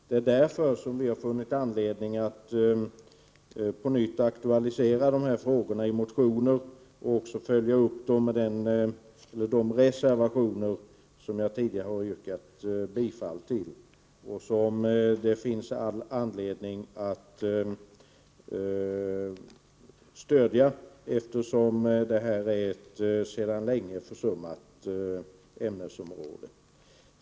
Det är därför som vi har funnit anledning att på nytt aktualisera de här frågorna i motioner och också följa upp dem med de reservationer som jag tidigare har yrkat bifall till och som det finns all anledning att stödja, eftersom det här är ett sedan länge försummat ämnesområde.